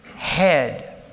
head